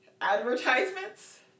Advertisements